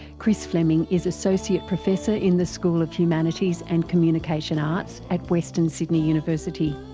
chris fleming is associate professor in the school of humanities and communication arts at western sydney university.